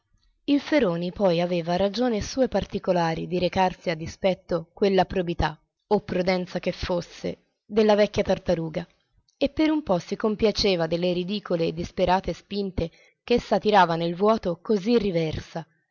il feroni poi aveva ragioni sue particolari di recarsi a dispetto quella probità o prudenza che fosse della vecchia tartaruga e per un po si compiaceva delle ridicole e disperate spinte ch'essa tirava nel vuoto così riversa